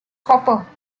copper